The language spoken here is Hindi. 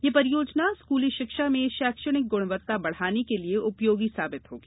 यह परियोजना स्कूली शिक्षा में शैक्षणिक गुणवत्ता बढ़ाने के लिए उपयोगी साबित होगी